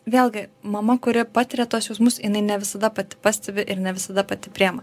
vėlgi mama kuri patiria tuos jausmus jinai ne visada pati pastebi ir ne visada pati priema